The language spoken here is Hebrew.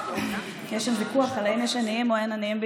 מיליון רעבים,